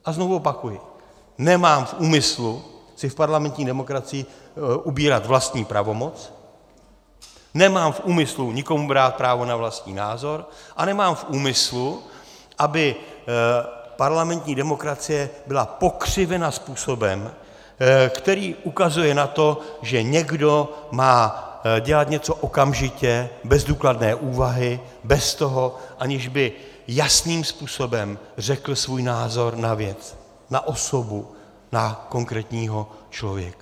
A znovu opakuji, nemám v úmyslu si v parlamentní demokracii ubírat vlastní pravomoc, nemám v úmyslu nikomu brát právo na vlastní názor a nemám v úmyslu, aby parlamentní demokracie byla pokřivena způsobem, který ukazuje na to, že někdo má dělat něco okamžitě bez důkladné úvahy, bez toho, aniž by jasným způsobem řekl svůj názor na věc, na osobu, na konkrétního člověka.